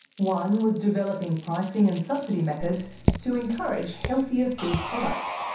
one was developing pricing and subsidy methods to encourage healthier food products,